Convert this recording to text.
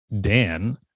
Dan